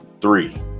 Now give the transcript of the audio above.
three